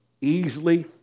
easily